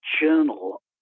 journal